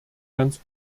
ganz